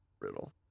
Riddle